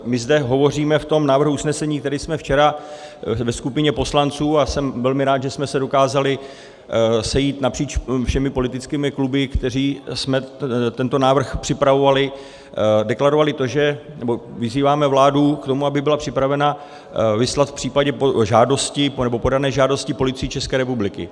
My zde hovoříme v tom návrhu usnesení, který jsme včera ve skupině poslanců, a jsem velmi rád, že jsme se dokázali sejít napříč všemi politickými kluby, kteří jsme tento návrh připravovali, deklarovali to, že... nebo vyzýváme vládu k tomu, aby byla připravena vyslat v případě žádosti, nebo podané žádosti Policii České republiky.